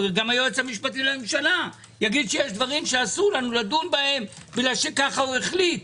גם היועץ המשפטי לממשלה יגיד שיש דברים שאסור לנו לדון בהם כי כך החליט,